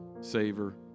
Savor